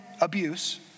abuse